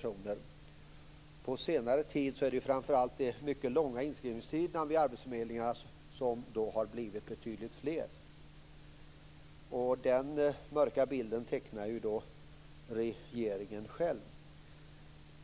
Det är på senare tid framför allt de mycket långa inskrivningstiderna vid arbetsförmedlingarna som har blivit betydligt fler. Denna mörka bild tecknar ju regeringen själv.